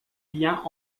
liens